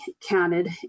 counted